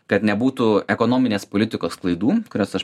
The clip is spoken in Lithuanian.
kad nebūtų ekonominės politikos klaidų kurias aš